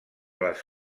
les